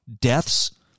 deaths